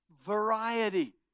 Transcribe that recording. variety